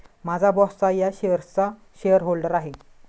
माझा बॉसच या शेअर्सचा शेअरहोल्डर आहे